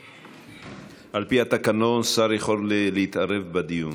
על פי התקנון, שר יכול להתערב בדיון.